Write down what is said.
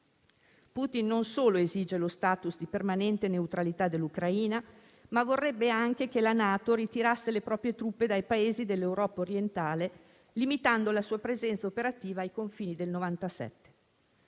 Putin non solo esige lo *status* di permanente neutralità dell'Ucraina, ma vorrebbe anche che la NATO ritirasse le proprie truppe dai Paesi dell'Europa orientale, limitando la sua presenza operativa ai confini del 1997.